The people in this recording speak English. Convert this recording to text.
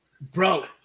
bro